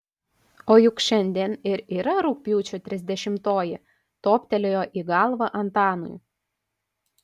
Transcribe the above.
o juk šiandien ir yra rugpjūčio trisdešimtoji toptelėjo į galvą antanui